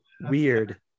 weird